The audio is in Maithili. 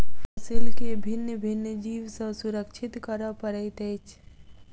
फसील के भिन्न भिन्न जीव सॅ सुरक्षित करअ पड़ैत अछि